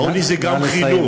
העוני זה גם חינוך,